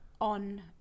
on